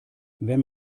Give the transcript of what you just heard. wenn